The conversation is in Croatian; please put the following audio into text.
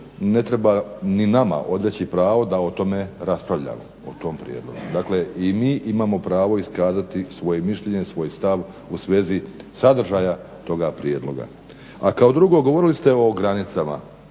ne treba ni nama odreći pravo da o tome raspravljamo, o tom prijedlogu. Dakle, i mi imamo pravo iskazati svoje mišljenje, svoj stav u svezi sadržaja toga prijedloga. A kao drugo govorili ste o granicama